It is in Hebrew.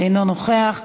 אינו נוכח,